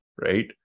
right